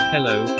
Hello